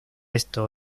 esto